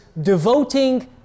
devoting